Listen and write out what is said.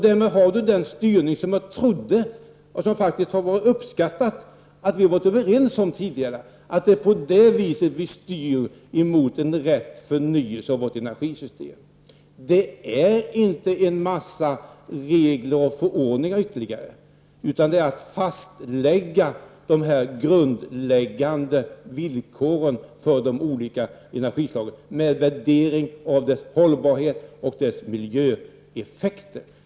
Därmed får man den styrning som jag trodde att vi var överens om tidigare, och som har uppskattats, nämligen att det är på det sättet som vi styr i riktning mot en riktig förnyelse av vårt energisystem. Denna styrning innebär inte en mängd ytterligare regler och förordningar, utan den innebär att man fastlägger de grundläggande villkoren för de olika energislagen och värderar deras hållbarhet och miljöeffekter.